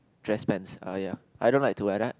dress pants uh ya I don't like to wear that